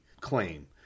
claim